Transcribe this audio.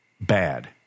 bad